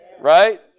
right